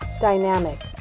dynamic